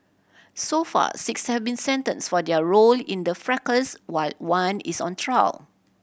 so far six have been sentenced for their role in the fracas while one is on trial